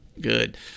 Good